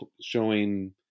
showing